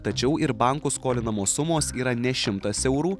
tačiau ir bankų skolinamos sumos yra ne šimtas eurų